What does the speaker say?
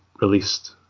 released